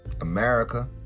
America